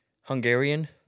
Hungarian